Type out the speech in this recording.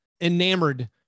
enamored